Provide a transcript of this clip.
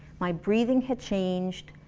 my breathing had changed,